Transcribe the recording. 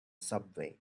subway